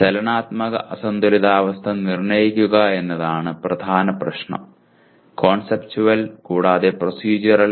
ചലനാത്മക അസന്തുലിതാവസ്ഥ നിർണ്ണയിക്കുക എന്നതാണ് പ്രധാന പ്രശ്നം കോൺസെപ്റ്റുവൽ കൂടാതെ പ്രോസെഡ്യൂറൽ